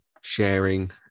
sharing